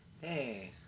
Hey